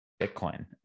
Bitcoin